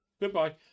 goodbye